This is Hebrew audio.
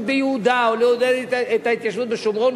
ביהודה או לעודד את ההתיישבות בשומרון,